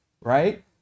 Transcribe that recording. Right